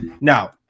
Now